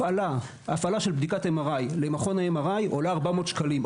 הפעלה של בדיקת MRI למכון ה-MRI עולה 400 שקלים.